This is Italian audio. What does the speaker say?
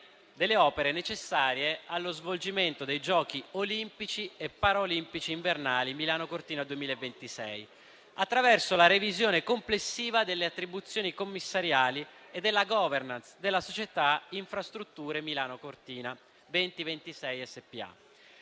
delle opere necessarie allo svolgimento dei Giochi olimpici e paraolimpici invernali Milano Cortina 2026 attraverso la revisione complessiva delle attribuzioni commissariali e della *governance* della società Infrastrutture Milano Cortina 2026 SpA.